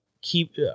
keep